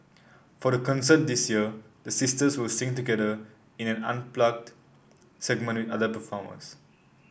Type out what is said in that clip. for the concert this year the sisters will sing together in an unplugged segment with other performers